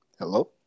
Hello